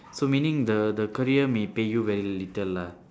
so meaning the the career may pay you very little lah